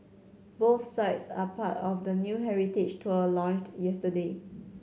both sites are part of a new heritage tour launched yesterday